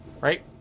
right